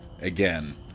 again